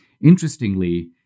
interestingly